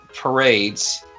parades